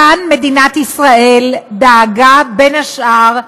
כאן, מדינת ישראל דאגה, בין השאר,